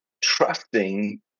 trusting